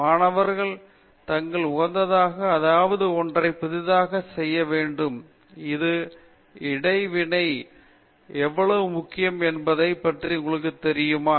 மாணவர்கள் தங்களுக்கு உகந்ததாக ஏதாவது ஒன்றை புதிதாக செய்ய வேண்டும் இந்த இடைவினை எப்படி எவ்வளவு முக்கியம் என்பதைப் பற்றி உங்களுக்குத் தெரியுமா